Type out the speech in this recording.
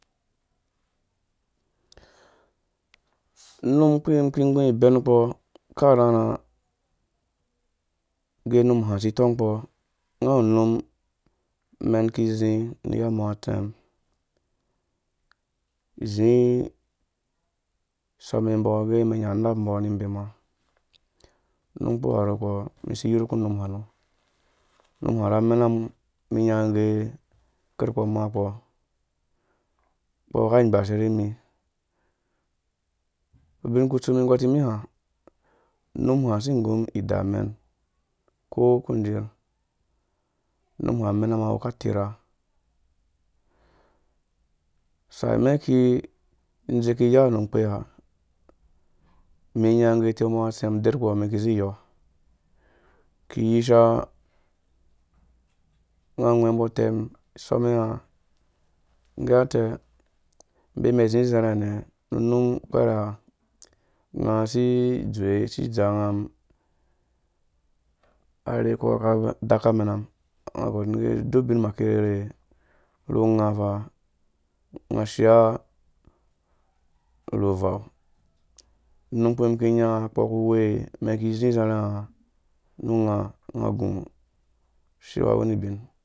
Num kpurikpi miki gu ibɛn kpɔ akrharha ge num ha zi tɔnkɔ nga wu num mɛn kizi ni yambɔ tsem zi sɔme mbɔ gɛ mɛn nya nap mbɔ ni bema num kpuha nuko mi si yirhukum num ha nɔ num ha na menam mi nya ge ker ko makpo kpo gha nghbashe rimi ubinkutsu mi gor nimi ha unum ha mi si nggum iaa mɛn ko ku njiir num ba amɛnamum awu akaterha sai mɛki ndzeki ya nu kpeya mi nya ge uteu mbo nga tse uderh kɔ mɛ ki zi yɔ ki yisha gwembo tem isɔmenga nge atɛ, mbeya mɛ zi zerha nɛ nu num kperhe ha nga si dzewe si dza ngam arherhe ko nga si dzwe si dza nga gorh mum gɛ duk binma ki rherhe nu nga fa nga shia ru vau num kpi mum ki nya mɛn ki zi zarha ru nga nga ngu shiwa weni bin